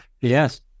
Yes